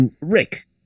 Rick